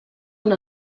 una